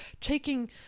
taking